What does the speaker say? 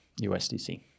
USDC